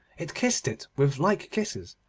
it kissed it with like kisses,